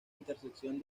intersección